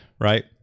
Right